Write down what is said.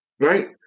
Right